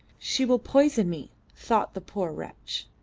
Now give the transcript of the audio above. she will poison me, thought the poor wretch,